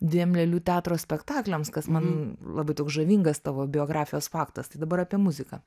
dviem lėlių teatro spektakliams kas man labai toks žavingas tavo biografijos faktas tai dabar apie muziką